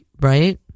right